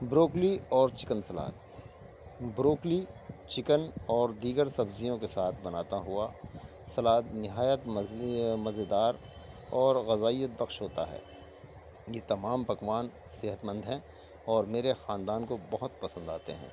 broccoli اور chicken salad broccoli chicken اور دیگر سبزیوں کے ساتھ بناتا ہوا سلاد نہایت مزے دار اور غذائیت بخش ہوتا ہے یہ تمام پکوان صحت مند ہیں اور یہ میرے خاندان کو بہت پسند آتے ہیں